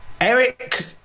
Eric